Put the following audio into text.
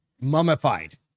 mummified